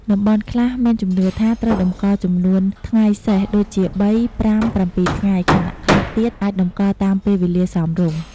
តំបន់ខ្លះមានជំនឿថាត្រូវតម្កល់ចំនួនថ្ងៃសេស ដូចជា ៣, ៥, ៧ ថ្ងៃ ខណៈខ្លះទៀតអាចតម្កល់តាមពេលវេលាសមរម្យ។